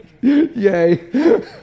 Yay